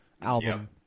album